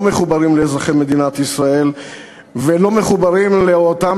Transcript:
לא מחוברים לאזרחי מדינת ישראל ולא מחוברים לאותם